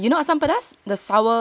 ya you know asam pedas the sour yeah